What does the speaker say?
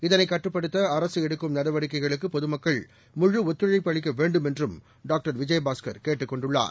இதனைகட்டுப்படுத்தஅரசுஎடுக்கும் நடவடிக்கைகளுக்குபொதுமக்கள் முழு ஒத்துழைப்பு அளிக்கவேண்டுமென்றும் டாக்டர் விஜயபாஸ்கர் கேட்டுக் கொண்டார்